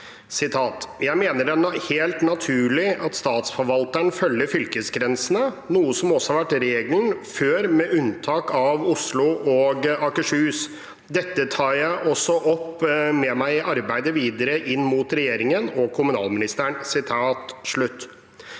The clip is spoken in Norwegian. «Jeg mener det er helt naturlig at statsforvalteren følger fylkesgrensene, noe som også har vært regelen før med unntak av Oslo og Akershus. Dette tar jeg også opp og med meg i arbeidet videre inn mot regjeringen og kommunalministeren.»